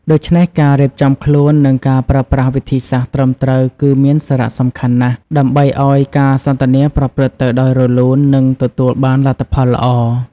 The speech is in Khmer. ដូច្នេះ ការរៀបចំខ្លួន និងការប្រើប្រាស់វិធីសាស្ត្រត្រឹមត្រូវគឺមានសារៈសំខាន់ណាស់ ដើម្បីឱ្យការសន្ទនាប្រព្រឹត្តទៅដោយរលូន និងទទួលបានលទ្ធផលល្អ។